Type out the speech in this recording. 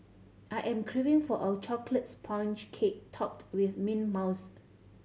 I am craving for a chocolate sponge cake topped with mint mouse